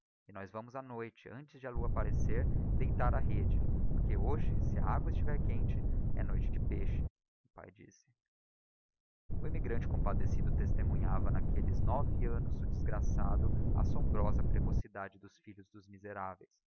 e nós vamos á noite antes da lua apparecer deitar a rede porque hoje si a agua estiver quente é noite de peixe o pae disse o immigrante compadecido testemunhava n'aquelles nove annos do desgraçado a assombrosa precocidade dos filhos dos miseráveis